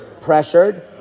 pressured